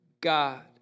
God